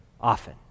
often